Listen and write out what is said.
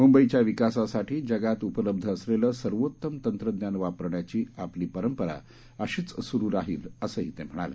मुंबईच्या विकासासाठी जगात उपलब्ध असलेलं सर्वोत्त्म तंत्रज्ञान वापरण्याची आपली परंपरा अशीच सुरू राहिलं असंही ते म्हणाले